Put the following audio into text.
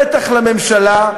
בטח לממשלה,